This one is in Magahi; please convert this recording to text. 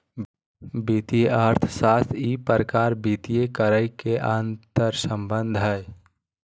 वित्तीय अर्थशास्त्र ई प्रकार वित्तीय करों के अंतर्संबंध हइ